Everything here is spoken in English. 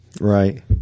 Right